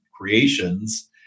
creations